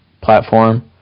platform